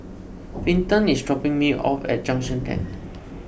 Vinton is dropping me off at Junction ten